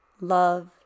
love